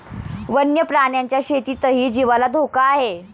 वन्य प्राण्यांच्या शेतीतही जीवाला धोका आहे